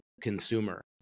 consumer